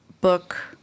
book